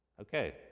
Okay